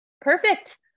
perfect